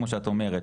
כמו שאת אומרת,